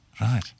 Right